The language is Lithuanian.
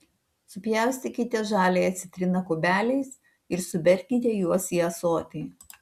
supjaustykite žaliąją citriną kubeliais ir suberkite juos į ąsotį